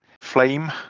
flame